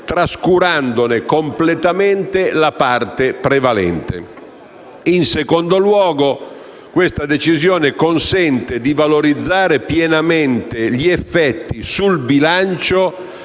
trascurandone completamente la parte prevalente. In secondo luogo, questa decisione consente di valorizzare pienamente gli effetti sul bilancio